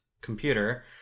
computer